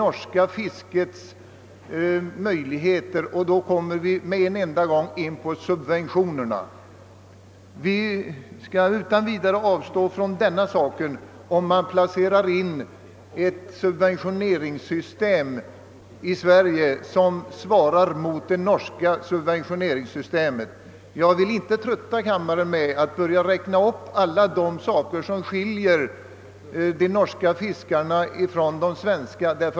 Vid en sådan helhetsjämförelse kommer vi genast in på frågan om subventionerna. Vi skall utan vidare avstå från vårt krav i dag om vi i Sverige får ett subventioneringssystem som svarar mot det norska. Jag ville inte trötta kammarens ledamöter med en uppräkning av alla de förhållanden för fiskarna som är olika i Norge och Sverige.